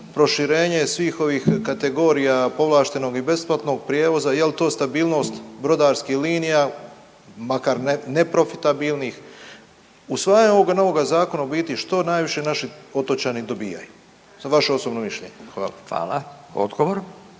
proširenje svih ovih kategorija povlaštenog i besplatnog prijevoza, jel to stabilnost brodarskih linija makar neprofitabilnih? Usvajanjem ovoga novog zakona u biti što najviše naši otočani dobijaju? Sad vaše osobno mišljenje, hvala. **Radin,